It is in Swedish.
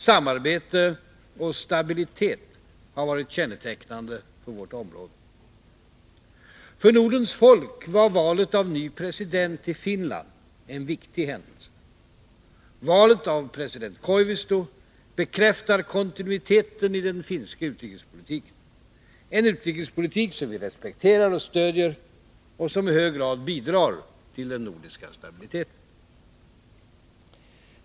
Samarbete och stabilitet har varit kännetecknande för vårt område. För Nordens folk var valet av ny president i Finland en viktig händelse. Valet av president Koivisto bekräftar kontinuiteten i den finska utrikespolitiken, en utrikespolitik som vi respekterar och stödjer och som i hög grad bidrar till den nordiska stabiliteten.